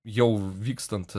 jau vykstant